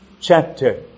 chapter